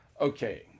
Okay